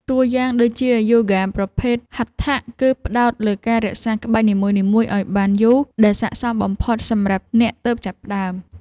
តួយ៉ាងដូចជា យូហ្គាប្រភេទ ហាត់ថៈ គឺផ្ដោតលើការរក្សាក្បាច់នីមួយៗឱ្យបានយូរ ដែលស័ក្តិសមបំផុតសម្រាប់អ្នកទើបចាប់ផ្ដើម។